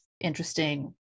interesting